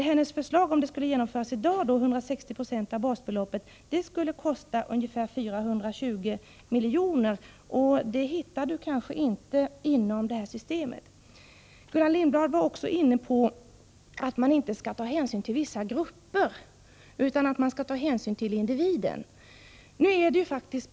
Om hennes förslag skulle genomföras i dag — alltså en utbetalning av 160 96 av basbeloppet — skulle det kosta ungefär 420 milj.kr. Så mycket pengar hittar kanske inte Gullan Lindblad i det här systemet. Gullan Lindblad var också inne på att man inte skall ta hänsyn till vissa grupper, utan skall ta hänsyn till individen.